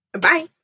bye